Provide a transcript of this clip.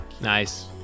Nice